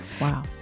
Wow